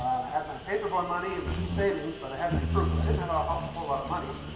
i had my paperboy money and some savings, but i had to be frugal. i didn't have a whole lot of money.